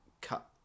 cut